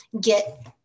get